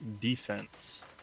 defense